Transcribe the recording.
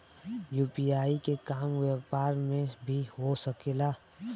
UPI के काम व्यापार में भी हो सके ला?